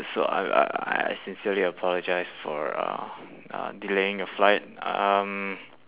so uh I sincerely apologise for uh uh delaying your flight um